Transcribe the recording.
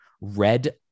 red